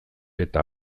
eta